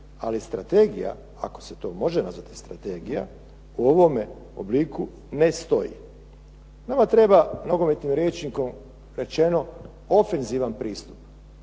ali strategija ako se to može nazvati strategija, u ovome obliku ne stoji. Nama treba, nogometnim rječnikom rečeno, ofenzivan pristup.